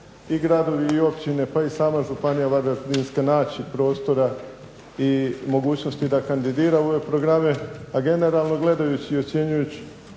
i gradovi i općine pa i sama Županija varaždinska naći prostora i mogućnosti da kandidira u ove programe. A generalno gledajući i ocjenjujući